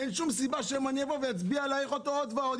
אין שום סיבה שהיום אצביע להאריך אותו עוד ועוד,